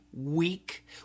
week